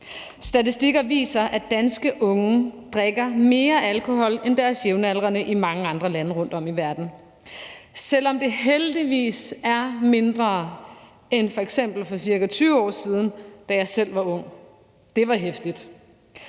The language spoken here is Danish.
Statistikker viser, at danske unge drikker mere alkohol end deres jævnaldrende i mange andre lande rundtom i verden, selv om det heldigvis er mindre end f.eks. for ca. 20 år siden, da jeg selv var ung. Det var heftigt.